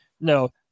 No